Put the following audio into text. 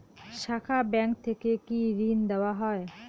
শাখা ব্যাংক থেকে কি ঋণ দেওয়া হয়?